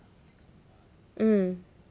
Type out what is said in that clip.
mm